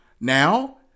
Now